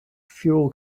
fuel